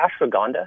ashwagandha